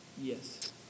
Yes